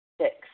Six